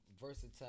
versatile